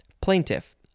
Plaintiff